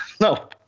No